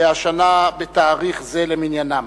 והשנה תאריך זה למניינם